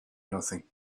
nothing